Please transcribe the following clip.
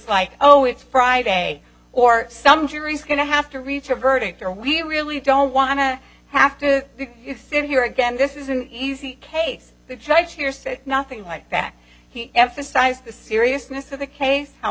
like oh it's friday or some jury's going to have to reach a verdict or we really don't want to have to sit here again this is an easy case to try to here say nothing like that he emphasized the seriousness of the case how